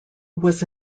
was